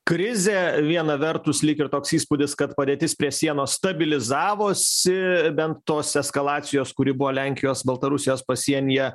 krizė viena vertus lyg ir toks įspūdis kad padėtis prie sienos stabilizavosi bent tos eskalacijos kuri buvo lenkijos baltarusijos pasienyje